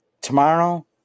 tomorrow